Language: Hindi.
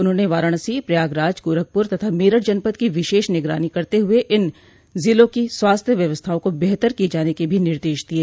उन्होंने वाराणसी प्रयागराज गोरखपुर तथा मेरठ जनपद की विशेष निगरानी करते हुए इन जिलों की स्वास्थ्य व्यवस्थाओं को बेहतर किये जाने के भी निर्देश दिये